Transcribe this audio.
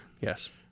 yes